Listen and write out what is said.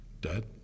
Dad